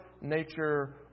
nature